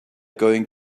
going